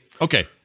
okay